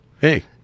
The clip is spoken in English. Hey